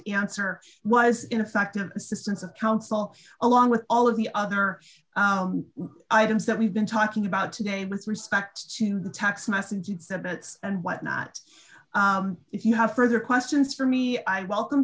answer was ineffective assistance of counsel along with all of the other items that we've been talking about today with respect to the text message it's a bit and whatnot if you have further questions for me i welcome